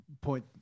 point